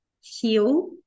heal